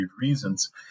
reasons